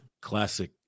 Classic